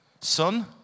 Son